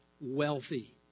wealthy